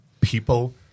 people